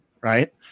right